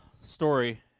story